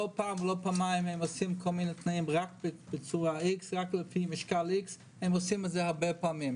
לא פעם ולא פעמיים הם עושים רק לפי משקל X. הם עושים את זה הרבה פעמים.